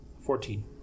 fourteen